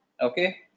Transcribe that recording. Okay